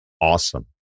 awesome